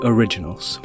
Originals